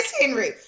Henry